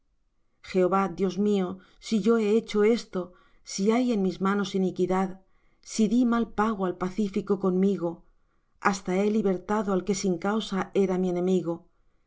jehová dios mío si yo he hecho esto si hay en mis manos iniquidad si dí mal pago al pacífico conmigo hasta he libertado al que sin causa era mi enemigo persiga el enemigo mi alma y alcánce la y